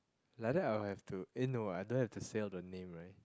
like that I will have to eh no I don't have to say out the name right